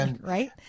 Right